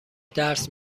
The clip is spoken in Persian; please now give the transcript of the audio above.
درس